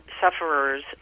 sufferers